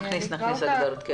נכניס הגדרות.